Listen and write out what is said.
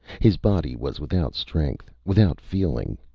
his body was without strength, without feeling,